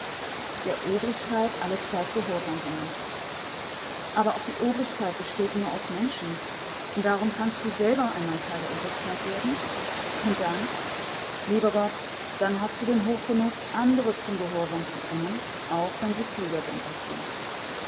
der obrigkeit allezeit gehorsam sein aber auch die obrigkeit besteht nur aus menschen und darum kannst du selber einmal teil der obrigkeit werden und dann lieber gott dann hast du den hochgenuß andere zum gehorsam zu bringen auch wenn sie klüger sind als du